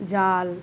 জাল